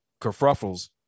kerfuffles